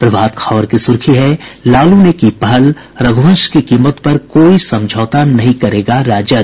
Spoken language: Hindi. प्रभात खबर की सुर्खी है लालू ने की पहल रघुवंश की कीमत पर कोई समझौता नहीं करेगा राजद